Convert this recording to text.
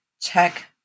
check